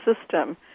system